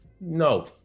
No